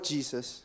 Jesus